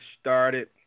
started